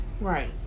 Right